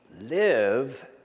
live